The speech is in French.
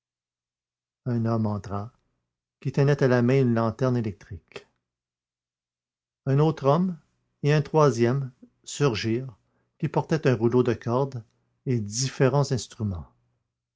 un homme entra qui tenait à la main une lanterne électrique un autre homme et un troisième surgirent qui portaient un rouleau de cordes et différents instruments